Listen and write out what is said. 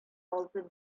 алтын